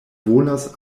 volas